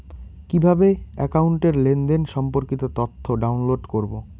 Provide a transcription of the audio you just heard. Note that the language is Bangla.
কিভাবে একাউন্টের লেনদেন সম্পর্কিত তথ্য ডাউনলোড করবো?